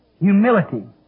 humility